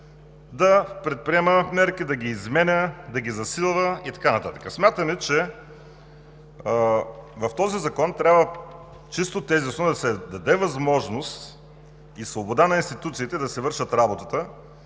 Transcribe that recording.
да предприема мерки, да ги изменя, да ги засилва и така нататък. Смятаме, че в този закон трябва чисто тезисно да се даде възможност и свобода на институциите да си вършат работата,